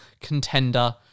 contender